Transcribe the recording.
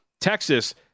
Texas